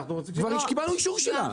כבר קיבלנו אישור שלה.